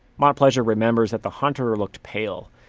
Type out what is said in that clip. montplaisir remembers that the hunter looked pale.